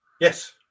Yes